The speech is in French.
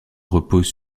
repose